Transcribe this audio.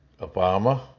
Obama